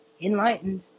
Enlightened